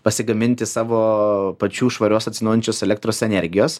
pasigaminti savo pačių švarios atsinaujinančios elektros energijos